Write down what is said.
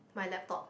my laptop